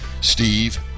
steve